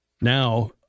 Now